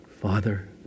Father